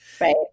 Right